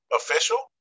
official